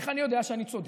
איך אני יודע שאני צודק?